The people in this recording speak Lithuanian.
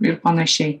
ir panašiai